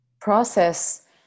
process